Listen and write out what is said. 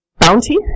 bounty